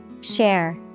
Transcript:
Share